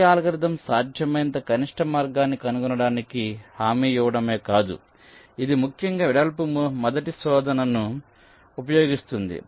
లీ algorithm సాధ్యమైనంత కనిష్ట మార్గాన్ని కనుగొనటానికి హామీ ఇవ్వడమే కాదు ఇది ముఖ్యంగా వెడల్పు మొదటి శోధనను ఉపయోగిస్తుంది